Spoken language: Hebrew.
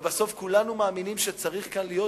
ובסוף כולנו מאמינים שצריך כאן להיות